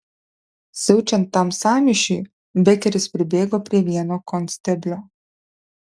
siaučiant tam sąmyšiui bekeris pribėgo prie vieno konsteblio